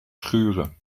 schuren